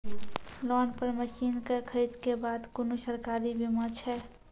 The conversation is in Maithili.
लोन पर मसीनऽक खरीद के बाद कुनू सरकारी बीमा छै?